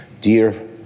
dear